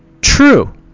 true